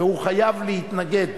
והוא חייב להתנגד,